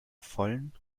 vollen